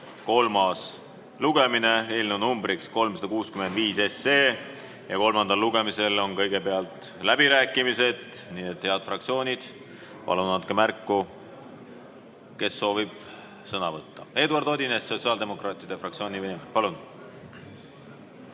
kolmas lugemine. Eelnõu number on 365. Kolmandal lugemisel on kõigepealt läbirääkimised, nii et, head fraktsioonid, palun andke märku, kes soovib sõna võtta. Eduard Odinets, sotsiaaldemokraatide fraktsiooni nimel, palun!